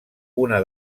una